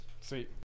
Sweet